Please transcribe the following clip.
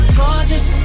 gorgeous